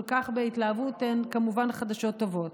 כך בהתלהבות היא כמובן חדשות טובות,